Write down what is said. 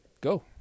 Go